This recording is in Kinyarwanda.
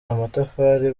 amatafari